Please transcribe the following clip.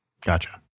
Gotcha